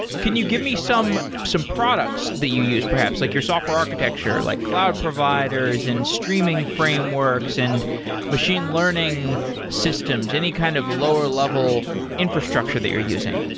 can you give me some some products that you use perhaps, like your software architecture, like cloud providers and streaming frameworks and machine learning systems? any kind of lower level infrastructure that you're using?